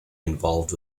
involved